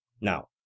Now